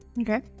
okay